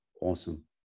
Awesome